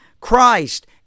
Christ